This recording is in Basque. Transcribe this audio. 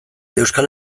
euskal